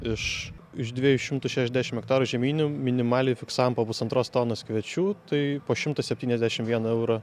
iš iš dviejų šimtų šešiasdešim hektarų žieminių minimaliai fiksavom po pusantros tonos kviečių tai po šimtas septyniasdešim vieną eurą